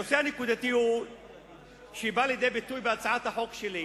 הנושא הנקודתי שבא לידי ביטוי בהצעת החוק שלי,